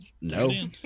No